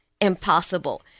impossible